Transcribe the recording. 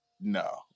no